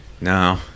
No